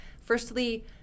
firstly